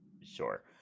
Sure